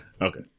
Okay